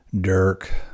Dirk